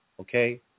okay